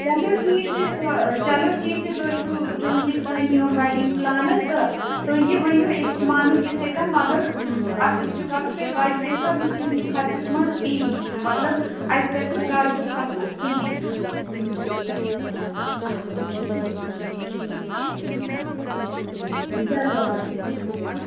چلو ٹھیٖک چھُ سُہ چلو ٹھیٖک چھُ تُہۍ چھُو چوٗنٛکہِ سٲنۍ یِم ویڈِنٛگ پُلانَر تہٕ تُہۍ یہِ ؤنِو أسۍ مانو تِتھَے کٔنۍ مگر اَصٕل چھُ کَرُن بیٚیہِ بَجٹہٕ حِساب یُس سٲنِس خرچَس منٛز یِیہِ یِیہِ مطلب اَسہِ گَژھِ نہٕ قرضہٕ کھَسُن کِہیٖنۍ چلو اَدٕ کیٛاہ شُکریہ